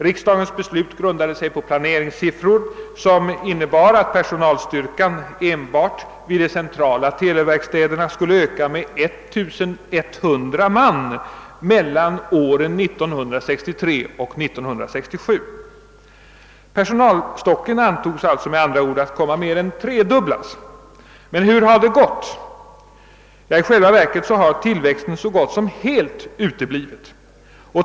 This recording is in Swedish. Riksdagens beslut grundade sig på planeringssiffror som innebar att personalstyrkan enbart vid de centrala televerkstäderna skulle öka med 1100 man mellan åren 1963 och 1967. Personalstyrkan antogs alltså komma att mer än tredubblas. Hur har det gått? Jo, i själva verket har tillväxten så gott som helt uteblivit.